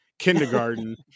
Kindergarten